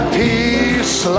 peace